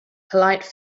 polite